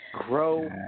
grow